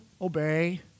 obey